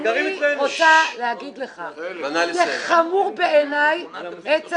אני רוצה להגיד לך שזה חמור בעיניי עצם